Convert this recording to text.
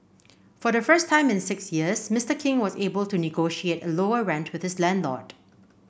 for the first time in six years Mister King was able to negotiate a lower rent with his landlord